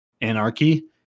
anarchy